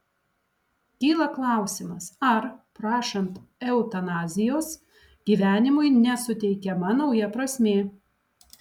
kyla klausimas ar prašant eutanazijos gyvenimui nesuteikiama nauja prasmė